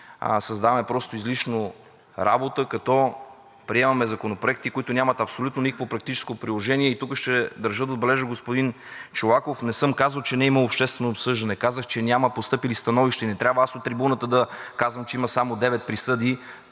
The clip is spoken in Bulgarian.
създаваме просто излишно работа, като приемаме законопроекти, които нямат абсолютно никакво практическо приложение. Тук държа да отбележа, господин Чолаков, не съм казал, че не е имало обществено обсъждане, казах, че няма постъпили становища и не трябва аз от трибуната да казвам, че има само девет присъди